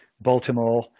Baltimore